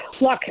look